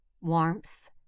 warmth